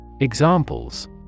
Examples